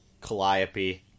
Calliope